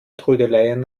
trödeleien